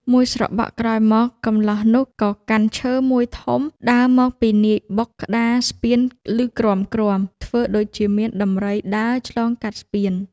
មួយស្របក់ក្រោយមក កម្លោះនោះក៏កាន់ឈើមួយធំ ដើរមកពីនាយបុកក្តារស្ពានឮគ្រាំៗ ធ្វើដូចជាមានដំរីដើរឆ្លងកាត់ស្ពាន។